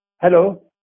Hello